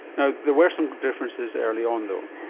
you know there were some differences early on though.